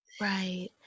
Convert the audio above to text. Right